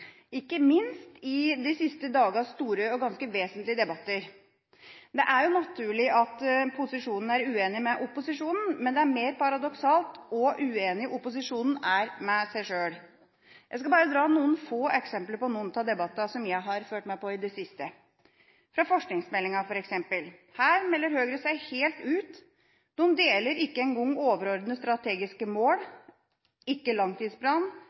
siste dagenes store og ganske vesentlige debatter. Det er naturlig at posisjonen er uenig med opposisjonen, men det er mer paradoksalt hvor uenig opposisjonen er med seg sjøl. Jeg skal bare komme med noen få eksempler på noen av debattene som jeg har fulgt med på i det siste. Når det f.eks. gjelder forskningsmeldinga, melder Høyre seg helt ut. De deler ikke engang overordnede strategiske mål, ikke langtidsplanen,